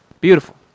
Beautiful